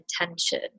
intention